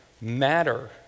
matter